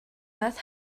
meth